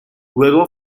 luego